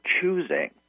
choosing